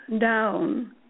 down